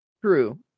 True